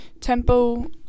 Tempo